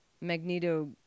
Magneto